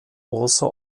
also